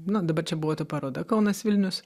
na dabar čia buvo ta paroda kaunas vilnius